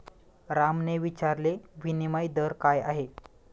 रामने विचारले, विनिमय दर काय आहे?